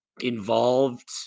involved